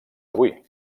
avui